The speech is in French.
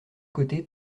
côtés